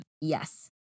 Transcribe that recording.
Yes